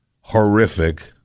horrific